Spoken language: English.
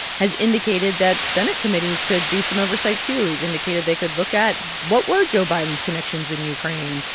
has indicated that senate committees could do some oversight, too. he's indicated they could look at, what were joe biden's connections in ukraine?